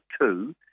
two